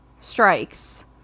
strikes